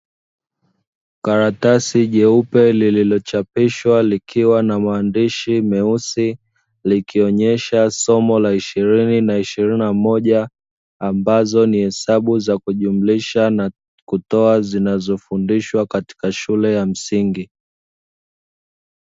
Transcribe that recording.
Karatasi jeupe lililochapishwa likiwa na maandishi meusi, likionyesha somo la ishirini na ishirini na moja, ambazo ni hesabu za kujumlisha na kutoa zinazofundishwa katika shule za msingi.